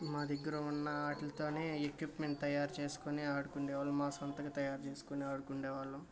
మా దగ్గర ఉన్న వాటితోనే ఎక్విప్మెంట్ తయారు చేసుకుని ఆడుకుండే వాళ్ళం మా సొంతంగా తయారు చేసుకొని ఆడుకుండే వాళ్ళం